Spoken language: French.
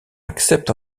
accepte